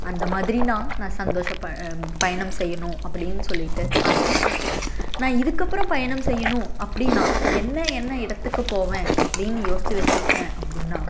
அந்த மாதிரி நான் நான் சந்தோஷம் ப பயணம் செய்யணும் அப்படின்னு சொல்லிவிட்டு ஆசப்படுறேன் நான் இதுக்கப்புறம் பயணம் செய்யணும் அப்படின்னால் என்ன என்ன இடத்துக்கு போவேன் அப்படின்னு யோசித்து வச்சிருக்கேன் அப்படின்னால்